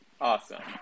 Awesome